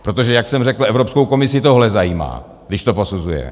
Protože jak jsem řekl, Evropskou komisi tohle zajímá, když to posuzuje.